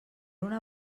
una